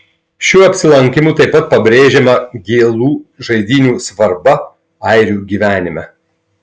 šiuo apsilankymu taip pat pabrėžiama gėlų žaidynių svarba airių gyvenime